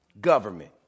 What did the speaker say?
government